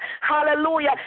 Hallelujah